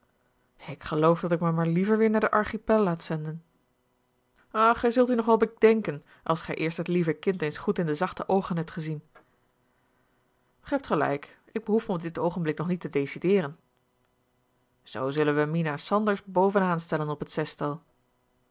ik geloof dat ik mij maar liever weer naar den archipel laat zenden gij zult u nog wel bedenken als gij eerst het lieve kind eens goed in de zachte oogen hebt gezien gij hebt gelijk ik behoef mij op dit oogenblik nog niet te decideeren zoo zullen we mina sanders bovenaan stellen op het zestal